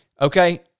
okay